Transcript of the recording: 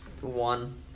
One